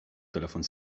telefon